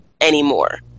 anymore